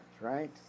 right